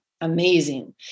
amazing